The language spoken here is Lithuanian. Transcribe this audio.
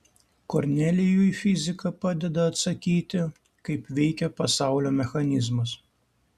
kornelijui fizika padeda atsakyti kaip veikia pasaulio mechanizmas